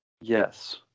Yes